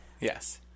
Yes